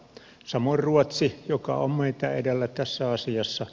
samoin ruotsi on meitä edellä tässä asiassa